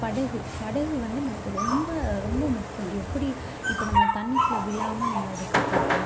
படகு படகு வந்து நமக்கு ரொம்ப ரொம்ப முக்கியம் எப்படி இப்போ நம்ம தண்ணிக்குள்ளே விழாம நம்மளை அது காப்பாற்றும்